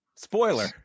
Spoiler